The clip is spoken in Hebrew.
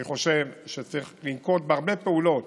אני חושב שצריך לנקוט הרבה פעולות